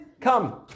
come